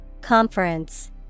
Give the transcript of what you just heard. Conference